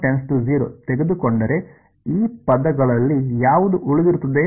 ನಾನು ತೆಗೆದುಕೊಂಡರೆ ಈ ಪದಗಳಲ್ಲಿ ಯಾವುದು ಉಳಿದಿರುತ್ತದೆ